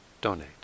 donate